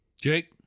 Jake